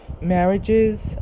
marriages